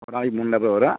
ஒரு நாளைக்கு மூணு லேபர் வரும்